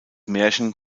märchen